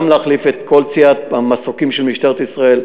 להחליף את כל צי המסוקים של משטרת ישראל,